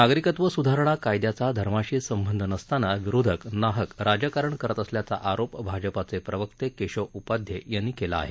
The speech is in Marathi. नागरिकत्व सुधारणा कायद्याचा धर्माशी संबंध नसताना विरोधक नाहक राजकारण करत असल्याचा आरोप भाजपाचे प्रवक्ते केशव उपाध्ये यांनी केला आहे